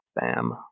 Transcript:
Bam